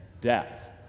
death